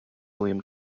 william